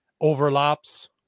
overlaps